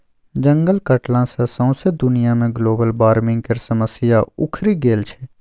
जंगल कटला सँ सौंसे दुनिया मे ग्लोबल बार्मिंग केर समस्या उखरि गेल छै